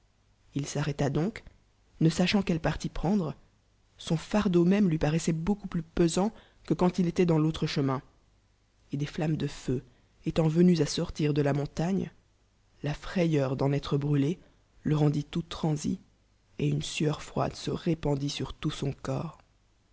il s'arrêta donc ne sachant quel parti prendre son fardeau même lui paraissoit beaucoup plus pesant que quand il étoit dans l'autre chemin et des dammes de feu étant venues à sortir de la montagne la frayeur d'en être brûlé le rendit tout transi et une sueur froide se répandit sur tout eon corps